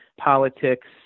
politics